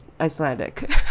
Icelandic